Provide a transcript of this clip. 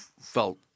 felt